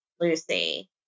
Lucy